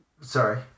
Sorry